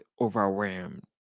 overwhelmed